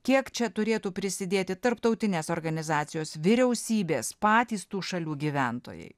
kiek čia turėtų prisidėti tarptautinės organizacijos vyriausybės patys tų šalių gyventojai